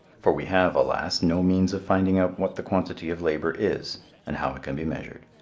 for we have, alas, no means of finding out what the quantity of labor is and how it can be measured.